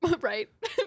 Right